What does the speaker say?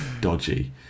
dodgy